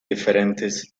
diferentes